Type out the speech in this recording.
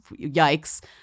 yikes